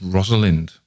Rosalind